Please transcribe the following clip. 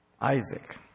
Isaac